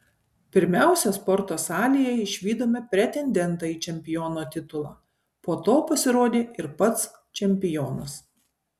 pirmiausia sporto salėje išvydome pretendentą į čempiono titulą po to pasirodė ir pats čempionas